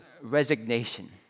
resignation